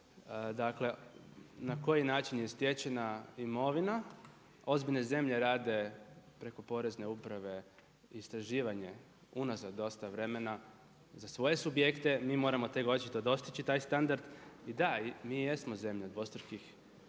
dakle na koji način je stečena imovina. Ozbiljne zemlje rade preko Porezne uprave istraživanje unazad dosta vremena za svoje subjekte. Mi moramo očito dostići taj standard i da, mi jesmo zemlja dvostrukih